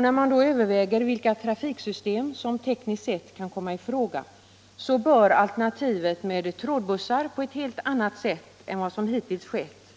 När man då överväger vilka trafiksystem som tekniskt sett kan komma i fråga, bör alternativet med trådbussar uppmärksammas på ett helt annat sätt än vad som hittills skett.